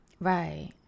right